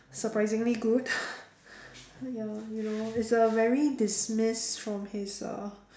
surprisingly good ya you know it's a very dismissed from his uh